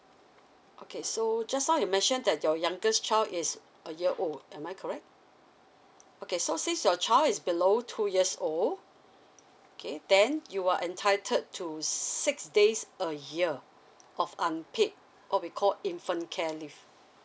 okay so just now you mentioned that your youngest child is a year old am I correct okay so since your child is below two years old okay then you are entitled to six days a year of unpaid of we called infant care leave